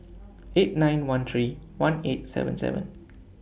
eight nine one three one eight seven seven